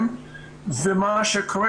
ומה שקורה,